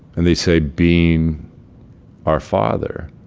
and they say, being our father.